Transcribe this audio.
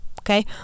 okay